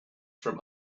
from